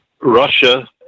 Russia